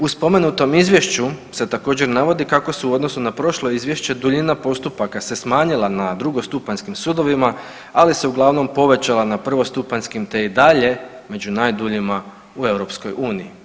U spomenutom izvješću se također navodi kako su u odnosu na prošlo izvješće duljina postupaka se smanjila na drugostupanjskim sudovima, ali se uglavnom povećala na prvostupanjskim te je i dalje među najduljima u EU.